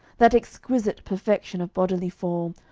that exquisite perfection of bodily form,